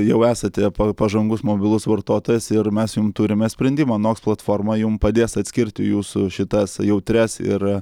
jau esate pažangus mobilus vartotojas ir mes jum turime sprendimą noks platforma jum padės atskirti jūsų šitas jautrias ir